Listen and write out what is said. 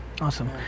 Awesome